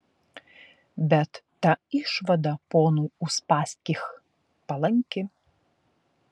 bet ta išvada ponui uspaskich palanki